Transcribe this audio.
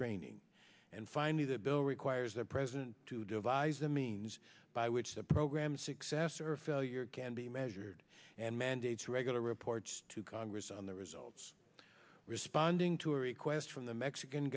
training and finally the bill requires the president to devise a means by which the program's success or failure can be measured and mandates regular reports to congress on the results of responding to requests from the mexican